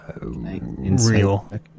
real